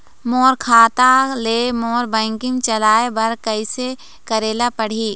मोर खाता ले मोर बैंकिंग चलाए बर कइसे करेला पढ़ही?